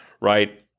right